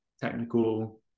technical